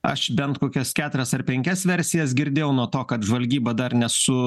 aš bent kokias keturias ar penkias versijas girdėjau nuo to kad žvalgyba dar nesu